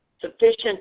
sufficient